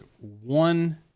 one